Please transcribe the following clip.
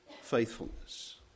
faithfulness